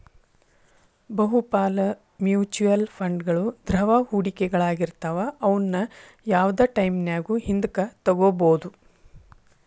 ಬಹುಪಾಲ ಮ್ಯೂಚುಯಲ್ ಫಂಡ್ಗಳು ದ್ರವ ಹೂಡಿಕೆಗಳಾಗಿರ್ತವ ಅವುನ್ನ ಯಾವ್ದ್ ಟೈಮಿನ್ಯಾಗು ಹಿಂದಕ ತೊಗೋಬೋದು